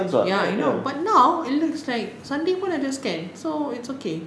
ya I know but now it looks like sunday ada scan so it's okay